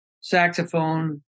Saxophone